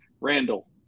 Randall